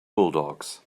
bulldogs